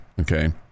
okay